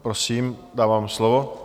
Prosím, dávám slovo.